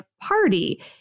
Party